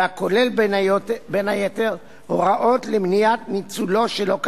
והכולל בין היתר הוראות למניעת ניצולו שלא כדין.